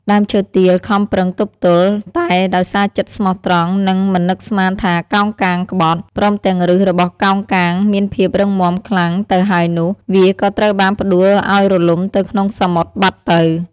ដើមឈើទាលខំប្រឹងទប់ទល់ តែដោយសារចិត្តស្មោះត្រង់ និងមិននឹកស្មានថាកោងកាងក្បត់ ព្រមទាំងប្ញសរបស់កោងកាងមានភាពរឹងមាំខ្លាំងទៅហើយនោះ វាក៏ត្រូវបានផ្តួលឲ្យរលំទៅក្នុងសមុទ្របាត់ទៅ។